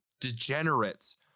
degenerates